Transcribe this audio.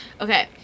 Okay